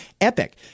epic